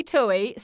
Tui